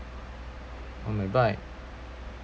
on my bike